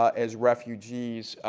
ah as refugees,